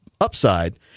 upside